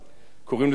קוראים לזה שמאל.